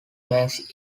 makes